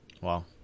Wow